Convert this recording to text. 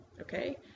okay